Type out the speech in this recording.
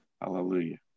Hallelujah